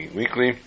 weekly